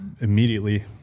immediately